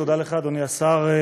תודה לך, אדוני השר.